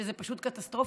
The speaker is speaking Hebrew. שזה פשוט קטסטרופה,